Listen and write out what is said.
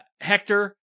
Hector